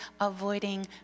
avoiding